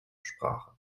sprache